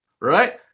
Right